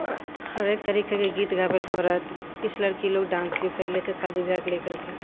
हरेक तरीके के गीत गाबैले पड़त किछु लड़कीलोक डान्स भी कर ले छै शादी ब्याह के लेकरके